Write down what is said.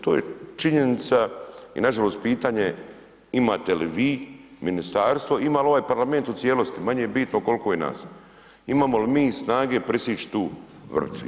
To je činjenica i nažalost pitanje imate li vi ministarstvo, ima li ovaj Parlament u cijelosti, manje bitno koliko je nas, imamo li mi snage presjeći tu vrpcu.